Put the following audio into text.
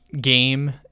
game